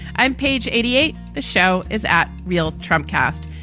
i'm page eighty eight. the show is at real trump cast.